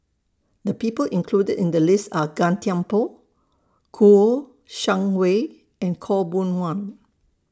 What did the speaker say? The People included in The list Are Gan Thiam Poh Kouo Shang Wei and Khaw Boon Wan